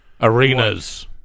arenas